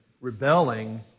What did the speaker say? rebelling